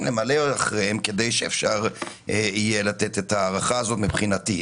למלא אחריהם כדי שאפשר יהיה לתת את ההארכה הזאת מבחינתי,